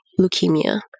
leukemia